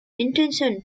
intention